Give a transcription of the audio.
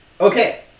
Okay